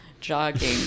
Jogging